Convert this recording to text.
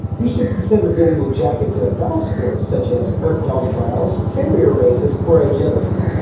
you should consider getting your jack into a dog sport such as earthdog trials, terrier races or agility.